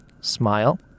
smile